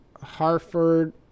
Harford